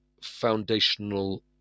foundational